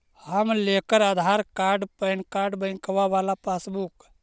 हम लेकर Aadhaar card PAN card बैंकवा वाला पासबुक?